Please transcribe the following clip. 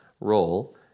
role